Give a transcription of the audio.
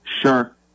Sure